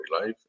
life